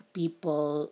people